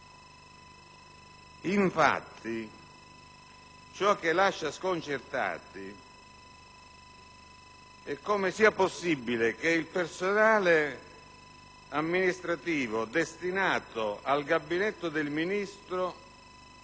Ciò che lascia sconcertati è infatti come sia possibile che il personale amministrativo destinato al Gabinetto del Ministro